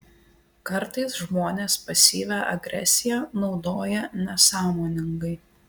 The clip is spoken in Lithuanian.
kartais žmonės pasyvią agresiją naudoja nesąmoningai